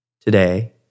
today